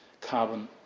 carbon